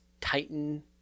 Titan